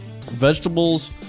vegetables